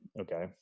Okay